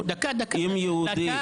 אם יהודי,